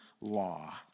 law